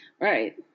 right